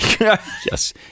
yes